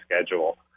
schedule